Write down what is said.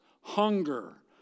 hunger